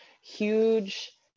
huge